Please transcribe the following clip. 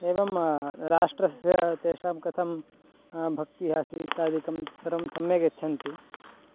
एवं राष्ट्रस्य तेषां कथं भक्तिः आसीत् इत्यादिकं सर्वं सम्यक् यच्छन्ति